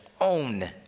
own